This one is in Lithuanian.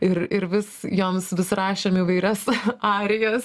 ir ir vis joms vis rašėm įvairias arijas